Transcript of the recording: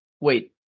Wait